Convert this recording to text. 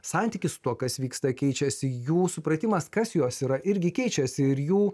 santykis su tuo kas vyksta keičiasi jų supratimas kas jos yra irgi keičiasi ir jų